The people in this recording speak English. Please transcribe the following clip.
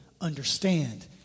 understand